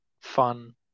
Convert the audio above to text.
fun